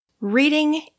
Reading